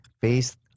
based